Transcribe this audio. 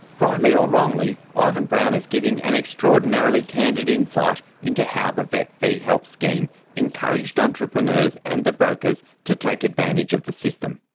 or wrongly, ivan brown is giving an extraordinarily candid insight into how the vet fee-help scheme encouraged entrepreneurs and the brokers to take advantage of the system.